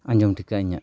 ᱟᱸᱡᱚᱢ ᱴᱷᱤᱠᱟ ᱤᱧᱟᱹᱜ